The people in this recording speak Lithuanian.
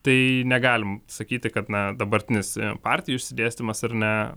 tai negalim sakyti kad na dabartinis partijų išsidėstymas ar ne